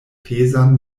pezan